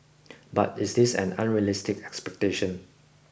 but is this an unrealistic expectation